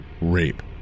rape